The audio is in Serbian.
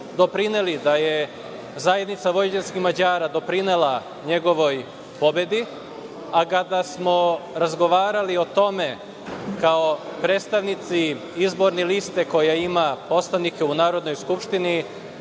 doprineli, da je Zajednica vojvođanskih Mađara doprinela njegovoj pobedi. Kada smo razgovarali o tome, kao predstavnici izborne liste koja ima poslanike u Narodnoj skupštini,